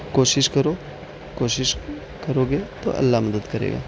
کوشش کرو کوشش کرو گے تو اَللّہ مدد کرے گا